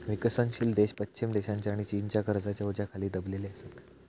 विकसनशील देश पश्चिम देशांच्या आणि चीनच्या कर्जाच्या ओझ्याखाली दबलेले असत